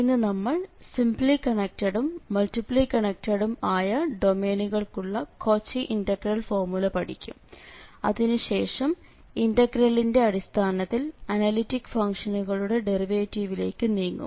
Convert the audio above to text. ഇന്ന് നമ്മൾ സിംപ്ലി കണക്ടഡും മൾട്ടിപ്ലി കണക്ടഡും ആയ ഡൊമൈനുകൾക്കുള്ള കോച്ചി ഇന്റഗ്രൽ ഫോർമുല പഠിക്കും അതിനു ശേഷം ഇന്റഗ്രലിന്റെ അടിസ്ഥാനത്തിൽ അനലിറ്റിക് ഫംഗ്ഷനുകളുടെ ഡെറിവേറ്റിവിലേക്ക് നീങ്ങും